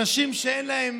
אנשים שאין להם